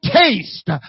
taste